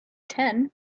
ten